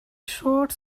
short